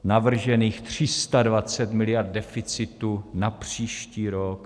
Navržených 320 miliard deficitu na příští rok.